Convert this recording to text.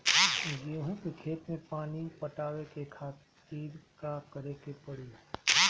गेहूँ के खेत मे पानी पटावे के खातीर का करे के परी?